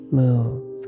move